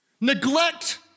neglect